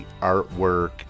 artwork